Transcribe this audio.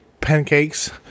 pancakes